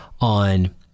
on